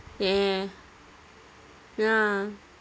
ya ya ya